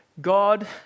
God